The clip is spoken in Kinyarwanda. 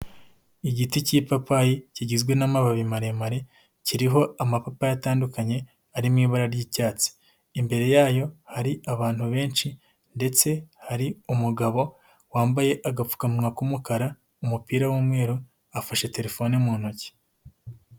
Igiti cy'ipapayi kigizwe n'amababi maremare, kiriho amapapayi atandukanye ari mu ibara ry'icyatsi, imbere yayo hari abantu benshi ndetse hari umugabo wambaye agapfukanwa k'umukara, umupira w'umweru, afashe telefone mu ntoki.